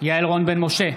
יעל רון בן משה,